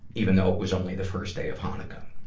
even though it was only the first day of hanukkah.